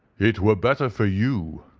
it were better for you,